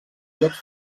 llocs